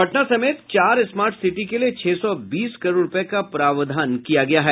पटना समेत चार smart city के लिए छह सौ बीस करोड़ रूपये का प्रावधान किया गया है